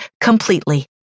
completely